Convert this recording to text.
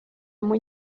muy